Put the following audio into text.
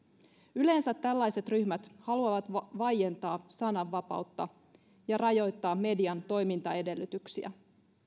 yleensä tällaiset ryhmät haluavat vaientaa sananvapautta ja rajoittaa median toimintaedellytyksiä